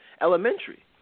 elementary